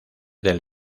del